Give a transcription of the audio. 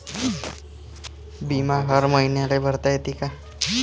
बिमा हर मईन्याले भरता येते का?